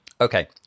Okay